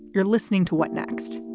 you're listening to what next.